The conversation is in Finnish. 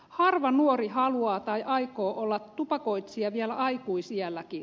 harva nuori haluaa tai aikoo olla tupakoitsija vielä aikuisiälläkin